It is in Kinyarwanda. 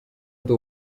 ndi